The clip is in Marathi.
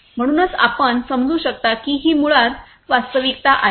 म्हणूनच आपण समजू शकता की ही मुळात वास्तविकता आहे